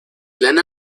lena